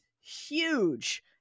huge